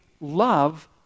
love